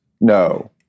No